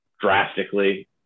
drastically